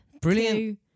Brilliant